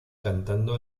cantando